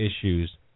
issues